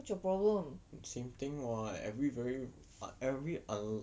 what's your problem